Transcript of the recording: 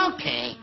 Okay